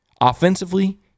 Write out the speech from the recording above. Offensively